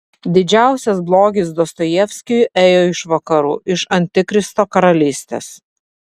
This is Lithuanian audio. didžiausias blogis dostojevskiui ėjo iš vakarų iš antikristo karalystės